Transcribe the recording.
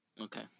Okay